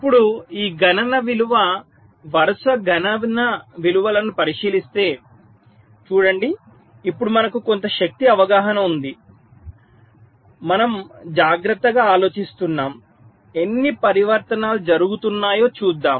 ఇప్పుడు ఈ గణన విలువ వరుస గణన విలువలను పరిశీలిస్తే చూడండి ఇప్పుడు మనకు కొంత శక్తి అవగాహన ఉంది మన జాగ్రత్తగా ఆలోచిస్తున్నాము ఎన్ని పరివర్తనాలు జరుగుతున్నాయో చూద్దాం